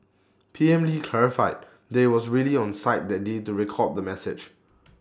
P M lee clarified that was really on site that day to record the message